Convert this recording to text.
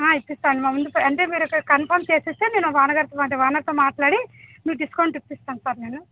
ఆ ఇప్పిస్తాను అంటే మీరు ఒకసారి కన్ఫర్మ్ చేసేస్తే నేను ఓనర్గారితో మాట్లాడి మీకు డిస్కౌంట్ ఇప్పిస్తాను సార్ నేను